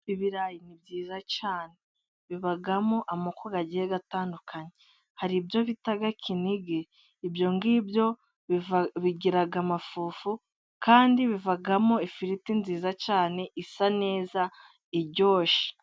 Ibirayi ni byiza cyane. Bibamo amako agiye atandukanye. Hari ibyo bita Kininigi, ibyo ngibyo bigira amafufu, kandi bivamo ifiriti nziza cyane, isa neza, iryoshye.